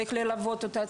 צריך ללוות אותה,